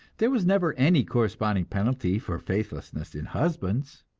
there was never any corresponding penalty for faithlessness in husbands.